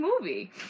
movie